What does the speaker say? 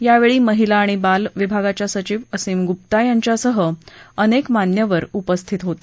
यावेळी महिला आणि बाल सचिव विभागाच्या असीम गुप्ता यांच्यां अनेक मान्यवर उपस्थित होते